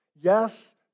Yes